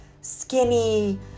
skinny